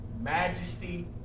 majesty